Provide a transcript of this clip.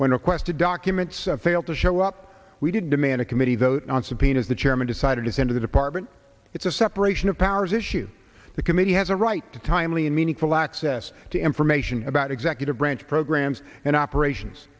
when requested documents failed to show up we didn't demand a committee vote on subpoenas the chairman decided to send to the department it's a separation of powers issue the committee has a right to timely and meaningful access to information about executive branch programs and operations